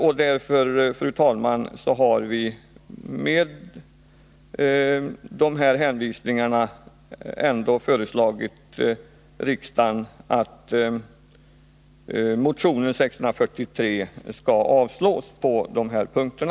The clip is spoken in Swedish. Utskottet avstyrker således motionen även på den punkten.